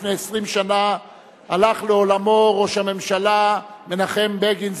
לפני 20 שנה הלך לעולמו ראש הממשלה מנחם בגין,